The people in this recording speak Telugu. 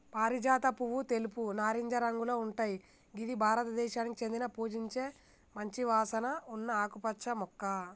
పారిజాత పువ్వు తెలుపు, నారింజ రంగులో ఉంటయ్ గిది భారతదేశానికి చెందిన పూజించే మంచి వాసన ఉన్న ఆకుపచ్చ మొక్క